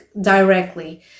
directly